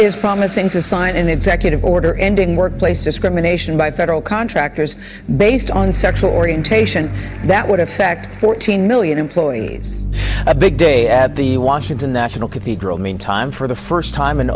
sign an executive order ending workplace discrimination by federal contractors based on sexual orientation that would affect fourteen million employees a big day at the washington national cathedral meantime for the first time an